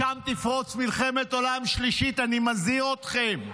משם תפרוץ מלחמת עולם שלישית, אני מזהיר אתכם.